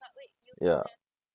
ya